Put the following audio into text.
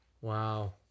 Wow